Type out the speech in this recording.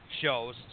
shows